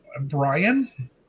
Brian